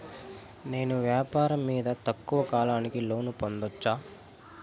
నేను వ్యాపారం మీద తక్కువ కాలానికి లోను పొందొచ్చా?